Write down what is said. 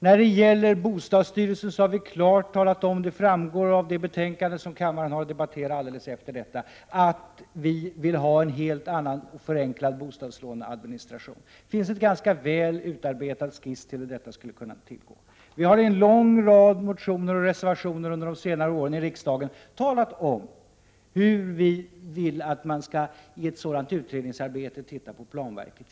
När det gäller bostadsstyrelsen har vi klart talat om — det framgår av det 16 december 1987 betänkande som kammaren har att debattera alldeles efter detta — att vi vill ha en helt annan, förenklad bostadslåneadministration. Det finns en ganska väl utarbetad skiss till hur detta skulle kunna tillgå. Vi har i en lång rad motioner och reservationer i riksdagen under de senare åren talat om, hur vi vill att man i ett sådant utredningsarbete skall titta på planverket.